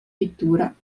pittura